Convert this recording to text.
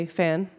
fan